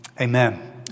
Amen